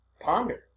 Ponder